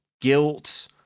guilt